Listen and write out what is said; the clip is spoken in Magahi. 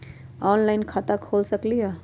ऑनलाइन खाता खोल सकलीह?